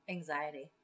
Anxiety